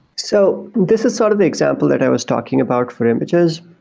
so this is sort of the example that i was talking about for images.